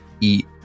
eat